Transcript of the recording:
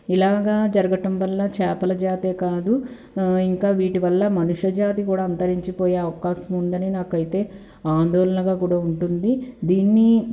ఇలాగ జరగటం వల్ల చేపల జాతే కాదు ఇంకా వీటివల్ల మనిష్య జాతి కూడా అంతరించి పోయే అవకాశముందని నాకైతే ఆందోళనగా కూడా ఉంటుంది దీన్ని